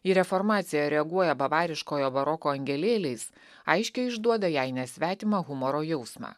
į reformaciją reaguoja bavariškojo baroko angelėliais aiškiai išduoda jai nesvetimą humoro jausmą